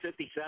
57